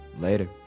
Later